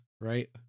right